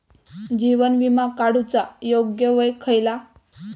जीवन विमा काडूचा योग्य वय खयला?